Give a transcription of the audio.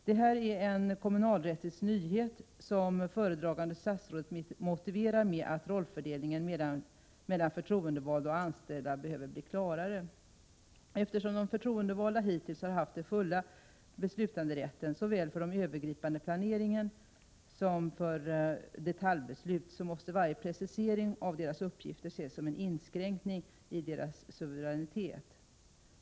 Detta är en kommunalrättslig nyhet som föredragande statsrådet motiverat med att rollfördelningen mellan förtroendevalda och anställda behöver bli klarare. Eftersom de förtroendevalda hittills har haft den fulla beslutanderätten såväl för den övergripande planeringen som för detaljbeslut, måste varje precisering av deras uppgifter ses som en inskränkning i deras suveränitet.